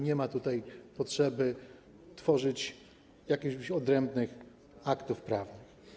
Nie ma tutaj potrzeby tworzyć jakichś odrębnych aktów prawnych.